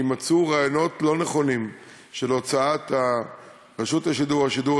יימצאו רעיונות לא נכונים של הוצאת רשות השידור,